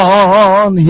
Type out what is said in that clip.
on